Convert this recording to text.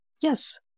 Yes